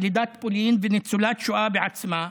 ילידת פולין וניצולת שואה בעצמה,